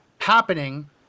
happening